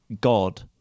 God